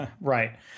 right